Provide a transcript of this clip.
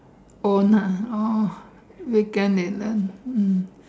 owner oh weekend they learn mm